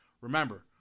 Remember